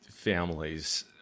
families